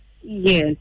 Yes